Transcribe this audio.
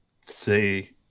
say